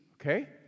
okay